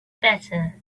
better